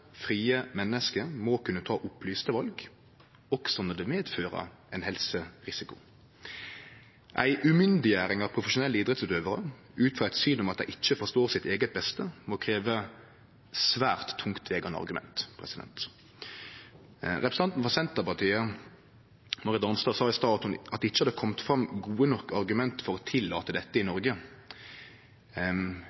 frie menneske må kunne ta opplyste val, også når det medfører ein helserisiko. Ei umyndiggjering av profesjonelle idrettsutøvarar, ut frå eit syn om at dei ikkje forstår sitt eige beste, må krevje svært tungtvegande argument. Representanten frå Senterpartiet, Marit Arnstad, sa i stad at det ikkje hadde kome fram gode nok argument for å tillate dette i